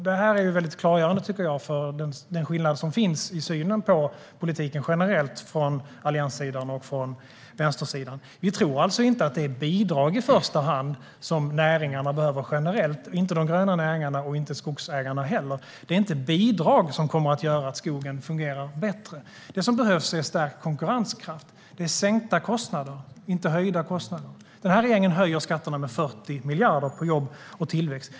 Detta är klargörande när det gäller den skillnad som finns i synen på politiken generellt från allianssidan och från vänstersidan. Vi tror inte att det i första hand är bidrag som näringarna behöver generellt - inte de gröna näringarna och inte heller skogsägarna. Det är inte bidrag som kommer att göra att skogen fungerar bättre. Det som behövs är stärkt konkurrenskraft. Det är sänkta kostnader, och inte höjda kostnader. Regeringen höjer skatterna med 40 miljarder på jobb och tillväxt.